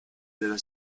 della